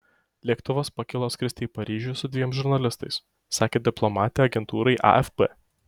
lėktuvas pakilo skristi į paryžių su dviem žurnalistais sakė diplomatė agentūrai afp